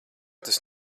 tas